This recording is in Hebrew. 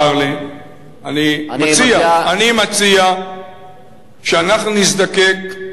אני מציע שאנחנו נזדקק,